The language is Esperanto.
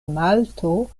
malto